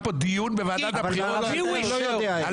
היה פה דיון בוועדת הבחירות על מישהו שהתמודד --- תגיד: